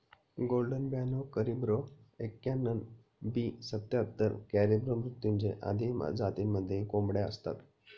golden ब्याणव करिब्रो एक्याण्णण, B सत्याहत्तर, कॅरिब्रो मृत्युंजय आदी जातींमध्येही कोंबड्या असतात